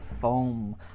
foam